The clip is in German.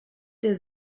der